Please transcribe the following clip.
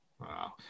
Wow